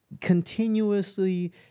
Continuously